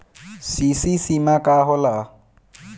CC सीमा का होला?